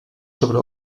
sobre